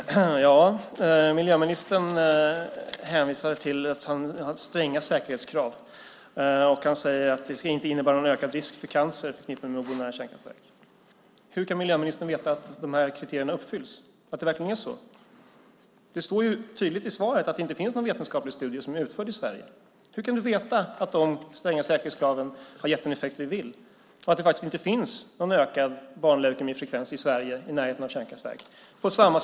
Fru talman! Miljöministern hänvisar till stränga säkerhetskrav och säger att det inte ska innebära någon ökad risk för cancer att bo i närheten av kärnkraftverk. Hur kan miljöministern veta att de kriterierna uppfylls, att det verkligen är så? Det står tydligt i det skriftliga svaret att det inte finns någon vetenskaplig studie utförd i Sverige. Hur kan miljöministern då veta att de stränga säkerhetskraven har gett den effekt vi vill ha och att det inte finns någon ökad barnleukemifrekvens i närheten av kärnkraftverk i Sverige?